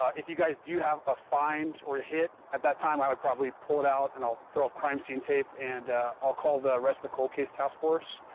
if you guys do have a find or a hit, at that time, i would probably pull it out, and i'll throw crime scene tape and i'll call the rest of the cold case task force.